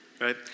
right